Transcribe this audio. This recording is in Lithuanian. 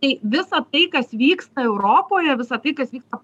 tai visa tai kas vyksta europoje visa tai kas vyksta